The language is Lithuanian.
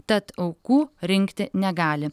tad aukų rinkti negali